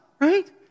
right